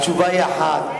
התשובה היא אחת: